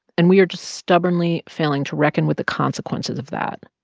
and we are just stubbornly failing to reckon with the consequences of that.